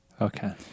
Okay